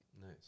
nice